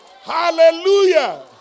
hallelujah